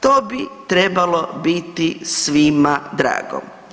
To bi trebalo biti svima drago.